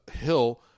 Hill